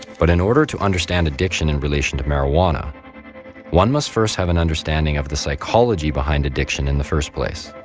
but in order to understand addiction in relation to marijuana one must first have an understanding of the psychology behind addiction in the first place.